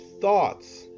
thoughts